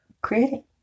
creating